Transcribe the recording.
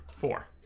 Four